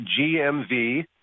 GMV